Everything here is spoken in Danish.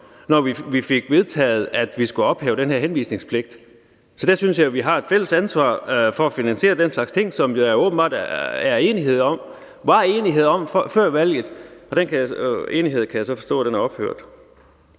når vi fik vedtaget, at vi skulle ophæve den her henvisningspligt. Så der synes jeg, at vi har et fælles ansvar for at finansiere den slags ting, hvad der åbenbart var enighed om før valget. Den enighed kan jeg så forstå er ophørt.